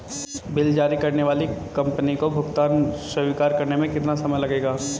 Bill जारी करने वाली कंपनी को भुगतान स्वीकार करने में कितना समय लगेगा?